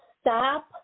stop